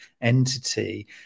entity